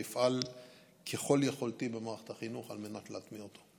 ואפעל ככל יכולתי במערכת החינוך על מנת להטמיע אותו.